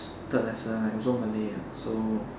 third lesson and also malay ah so